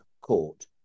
court